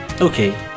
Okay